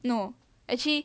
no actually